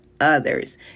others